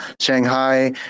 Shanghai